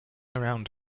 around